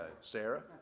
Sarah